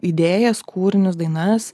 idėjas kūrinius dainas